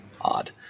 odd